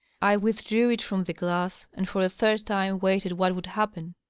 i withdrew it from the glass, and for a third time waited what would happen.